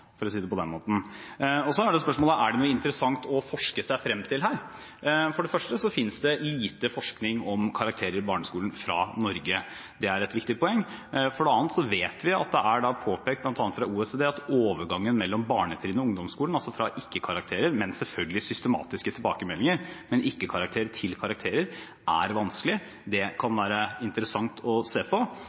Så er spørsmålet: Er det noe interessant å forske seg frem til her? For det første finnes det lite forskning om karakterer i barneskolen fra Norge. Det er et viktig poeng. For det andre vet vi at det er påpekt, bl.a. fra OECD, at overgangen fra barnetrinnet til ungdomsskolen, fra ikke karakterer – men selvfølgelig med systematiske tilbakemeldinger – og til karakter er vanskelig. Det kan det være interessant å se på.